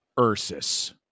ursus